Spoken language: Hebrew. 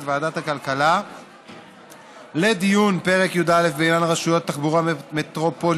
וועדת הכלכלה לדיון בפרק י"א בעניין רשויות תחבורה מטרופוליניות